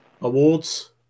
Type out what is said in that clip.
Awards